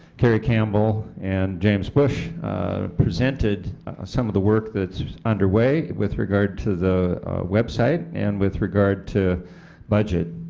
carri campbell and james bush presented some of the work that is underway with regard to the website, and with regard to budget.